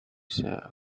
sat